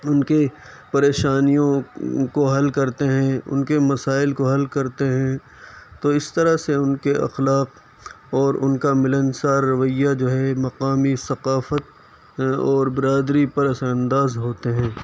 اُن کے پریشانیوں کو حل کرتے ہیں اُن کے مسائل کو حل کرتے ہیں تو اِس طرح سے اُن کے اخلاق اور اُن کا ملنسار رویہ جو ہے مقامی ثقافت اور برادری پر اثرانداز ہوتے ہیں